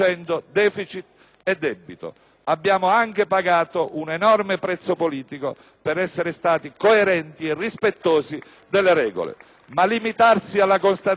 e debito. Abbiamo anche pagato un enorme prezzo politico per essere stati coerenti e rispettosi delle regole. *(Applausi dal Gruppo PD)*. Ma limitarsi alla constatazione ovvia